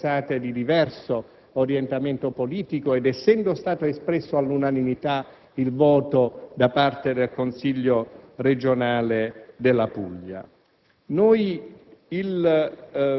essendo le amministrazioni interessate di diverso orientamento politico ed essendo stato espresso all'unanimità il voto da parte del Consiglio regionale della Puglia.